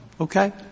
okay